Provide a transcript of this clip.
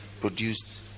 produced